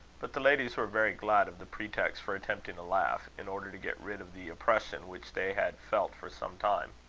but the ladies were very glad of the pretext for attempting a laugh, in order to get rid of the oppression which they had felt for some time.